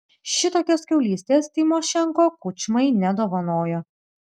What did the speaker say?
šitokios kiaulystės tymošenko kučmai nedovanojo